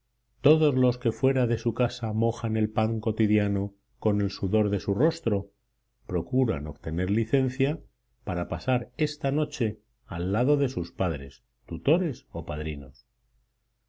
todos los que fuera de su casa mojan el pan cotidiano con el sudor de su rostro procuran obtener licencia para pasar esta noche al lado de sus padres tutores o padrinos